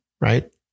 right